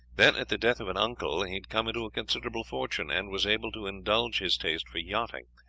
then, at the death of an uncle, he had come into a considerable fortune, and was able to indulge his taste for yachting,